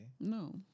No